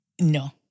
No